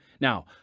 now